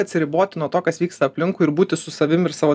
atsiriboti nuo to kas vyksta aplinkui ir būti su savim ir savo